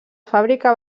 fàbrica